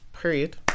period